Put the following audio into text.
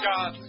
God